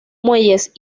muelles